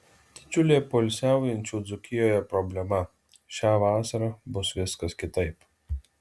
didžiulė poilsiaujančių dzūkijoje problema šią vasarą bus viskas kitaip